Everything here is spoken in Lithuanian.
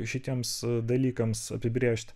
šitiems dalykams apibrėžt